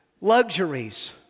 luxuries